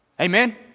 Amen